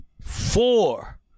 four